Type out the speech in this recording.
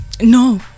No